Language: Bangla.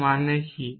এবং মানে কি